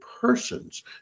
persons